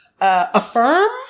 affirm